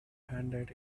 handed